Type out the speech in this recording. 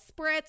spritz